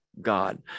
God